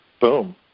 boom